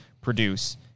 produce